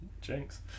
Jinx